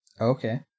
Okay